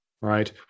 right